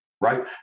right